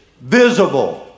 visible